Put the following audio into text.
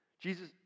Jesus